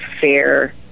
fair